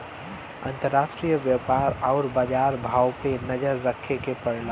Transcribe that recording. अंतराष्ट्रीय व्यापार आउर बाजार भाव पे नजर रखे के पड़ला